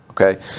Okay